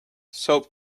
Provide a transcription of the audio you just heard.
soap